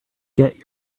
get